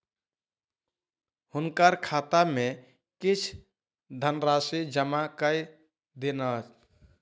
हुनकर खाता में किछ धनराशि जमा कय दियौन